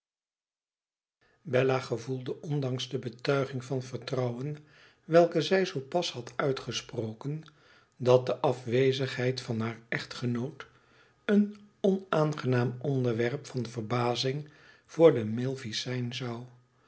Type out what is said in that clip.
bella gevoelde ondanks de betuiging van vertrouwen welke zij zoo pas had uitgesproken dat de afwezigheid van haar echtgenoot een onaangenaam onderwerp van verbazing voor de milvey's zijn zou